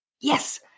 Yes